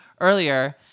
earlier